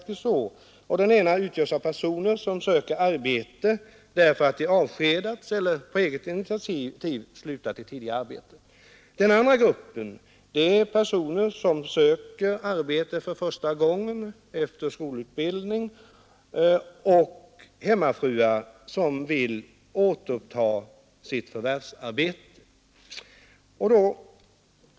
Till den ena gruppen hör de personer som söker arbete därför att de avskedats från eller på eget initiativ slutat ett tidigare arbete. Till den andra gruppen hör personer som söker arbete för första gången efter skolutbildning samt hemmafruar som vill återuppta sitt förvärvsarbete.